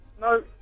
No